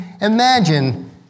imagine